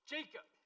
Jacob